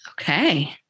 Okay